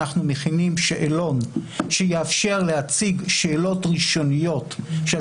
אנחנו מכינים שאלון שיאפשר להציג שאלות ראשוניות שעל